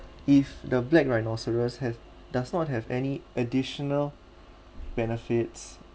if the black rhinoceros has does not have any additional benefits